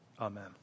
Amen